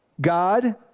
God